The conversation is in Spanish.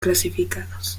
clasificados